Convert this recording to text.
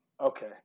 Okay